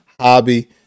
hobby